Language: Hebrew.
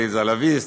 עליזה לביא,